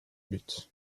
but